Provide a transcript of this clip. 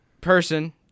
person